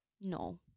No